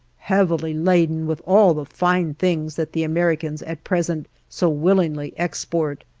heavily laden with all the fine things that the americans at present so willingly export.